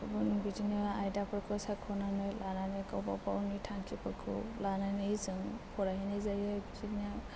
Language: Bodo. गुबुन बिदिनो आयदाफोरखौ सायख'नानै लानानै गावबा गावनि थांखिफोरखौ लानानै जों फरायहैनाय जायो बिदिनो